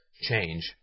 change